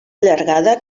llargada